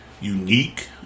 unique